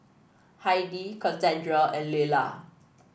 Heidi Kassandra and Leyla